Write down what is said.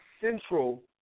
central